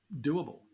doable